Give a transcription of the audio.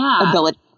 ability